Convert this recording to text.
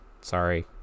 sorry